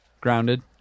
Grounded